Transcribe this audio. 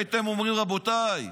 הייתם אומרים: רבותיי,